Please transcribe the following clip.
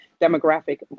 demographic